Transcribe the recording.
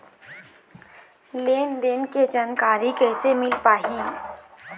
लेन देन के जानकारी कैसे मिल पाही?